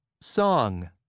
song